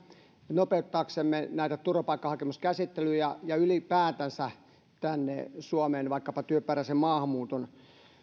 nopeuttaaksemme näitä turvapaikkahakemuskäsittelyjä ja ja ylipäätänsä tänne suomeen pääsyä vaikkapa työperäisen maahanmuuton